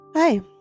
Hi